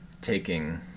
taking